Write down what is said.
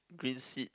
green seats